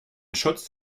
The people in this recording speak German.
schutz